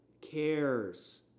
cares